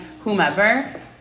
whomever